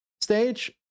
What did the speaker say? stage